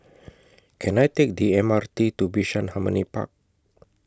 Can I Take The M R T to Bishan Harmony Park